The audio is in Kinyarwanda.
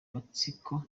gatsiko